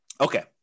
Okay